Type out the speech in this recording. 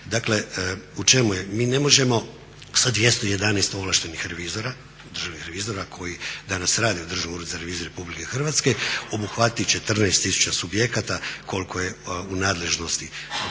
Dakle, u čemu je? Mi ne možemo sa 211 ovlaštenih revizora, državnih revizora koji danas rade u Državnom uredu za reviziju RH obuhvatiti 14000 subjekata koliko je u nadležnosti